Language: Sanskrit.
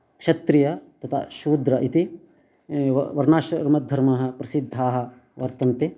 क्षत्रिय तथा शूद्र इति वर्णाश्रमधर्मः प्रसिद्धाः वर्तन्ते